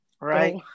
right